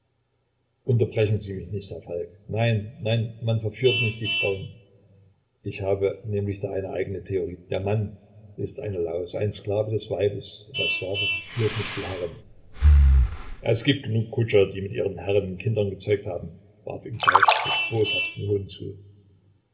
unterbrechen sie mich nicht herr falk nein nein man verführt nicht die frauen ich habe nämlich da eine eigene theorie der mann ist eine laus ein sklave des weibes und der sklave verführt nicht die herrin es gibt genug kutscher die mit ihren herrinnen kinder gezeugt haben warf ihm falk mit boshaftem hohn zu